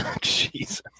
Jesus